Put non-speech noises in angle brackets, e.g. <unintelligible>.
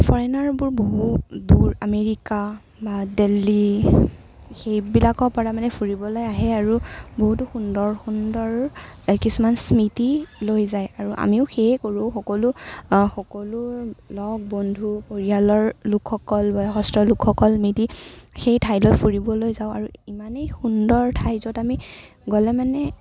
ফৰেইনাৰবোৰ বহুত দূৰ আমেৰিকা বা দিল্লী সেইবিলাকৰ পৰা মানে ফুৰিবলৈ আহে আৰু বহুতো সুন্দৰ সুন্দৰ ইয়াৰ কিছুমান স্মৃতি লৈ যায় আৰু আমিও সেয়ে কৰোঁ সকলো সকলো লগ বন্ধু পৰিয়ালৰ লোকসকল বা <unintelligible> লোকসকল মিলি সেই ঠাইলৈ ফুৰিবলৈ যাওঁ আৰু ইমানেই সুন্দৰ ঠাই য'ত আমি গ'লে মানে